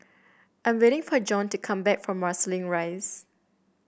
I am waiting for Jon to come back from Marsiling Rise